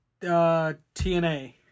TNA